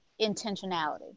intentionality